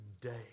day